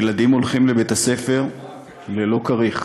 ילדים הולכים לבית-הספר ללא כריך,